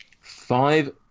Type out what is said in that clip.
Five